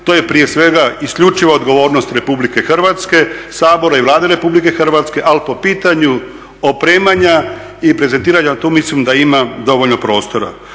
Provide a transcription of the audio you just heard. to je prije svega isključivo odgovornost Republike Hrvatske, Sabora i Vlade Republike Hrvatske, ali po pitanju opremanja i prezentiranja tu mislim da ima dovoljno prostora.